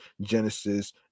genesis